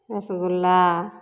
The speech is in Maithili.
रसगुल्ला